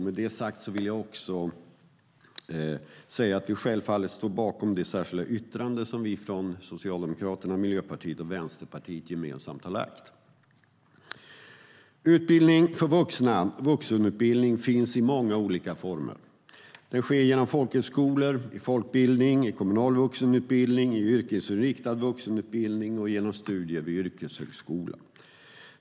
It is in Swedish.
Med detta sagt vill jag också säga att vi självfallet står bakom det särskilda yttrande som vi från Socialdemokraterna, Miljöpartiet och Vänsterpartiet gemensamt har lagt fram. Utbildning för vuxna, vuxenutbildning, finns i många olika former. Den sker genom folkhögskolor, i folkbildning, i kommunal vuxenutbildning, i yrkesinriktad vuxenutbildning och genom studier vid yrkeshögskola.